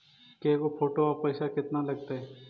के गो फोटो औ पैसा केतना लगतै?